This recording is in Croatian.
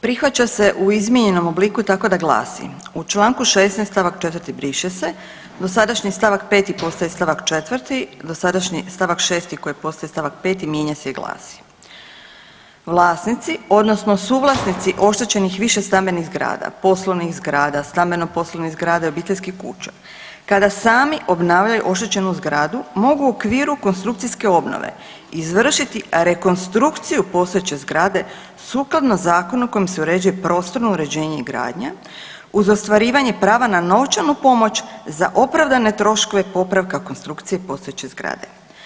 Prihvaća se u izmijenjenom obliku tako da glasi: U čl. 16. st. 4. briše se, dosadašnji st. 5. postaje st. 4., dosadašnji st. 6. koji postaje st. 5. mijenja se i glasi: Vlasnici odnosno suvlasnici oštećenih višestambenih zgrada, poslovnih zgrada, stambeno-poslovnih zgrada i obiteljskih kuća kada sami obnavljaju oštećenu zgradu mogu u okviru konstrukcijske obnove izvršiti rekonstrukciju postojeće zgrade sukladno zakonu kojim se uređuje prostorno uređenje i gradnja uz ostvarivanje prava na novčanu pomoć za opravdane troškove popravka konstrukcije postojeće zgrade.